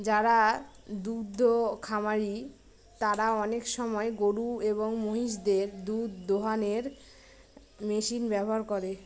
যারা দুদ্ধ খামারি তারা আনেক সময় গরু এবং মহিষদের দুধ দোহানোর মেশিন ব্যবহার করে